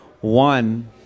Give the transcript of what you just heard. One